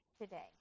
today